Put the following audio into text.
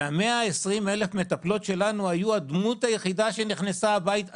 ו-120,000 המטפלות הישראליות שלנו היו הדמות היחידה שנכנסה הביתה.